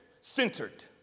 centered